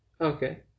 Okay